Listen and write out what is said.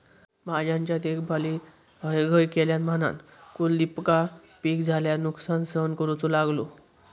भाज्यांच्या देखभालीत हयगय केल्यान म्हणान कुलदीपका पीक झाल्यार नुकसान सहन करूचो लागलो